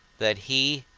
that he,